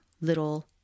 little